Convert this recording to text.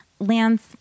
Lance